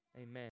Amen